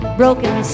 broken